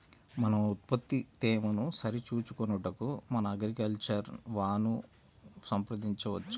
మన ఉత్పత్తి తేమను సరిచూచుకొనుటకు మన అగ్రికల్చర్ వా ను సంప్రదించవచ్చా?